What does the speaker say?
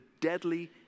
deadly